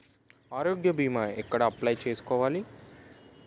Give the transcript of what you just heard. ఆరోగ్య భీమా ఎక్కడ అప్లయ్ చేసుకోవాలి?